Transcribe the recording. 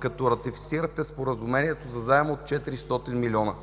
като ратифицирахте Споразумението за заем от 400 милиона.